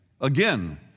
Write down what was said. Again